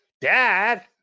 Dad